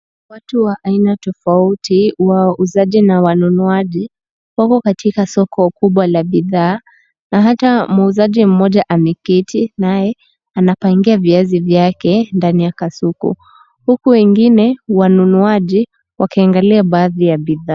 Watu wa aina tofauti, wauzaji na wanunuaji wako katika soko kubwa la bidhaa na hata muuzaji mmoja ameketi naye anapangia viazi vyake ndani ya kasuku. Huku wengine, wanunuaji wakiangalia baadhi ya bidhaa.